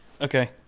Okay